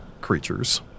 creatures